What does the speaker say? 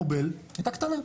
נובל הייתה קטנה.